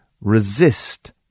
Resist